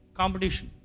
competition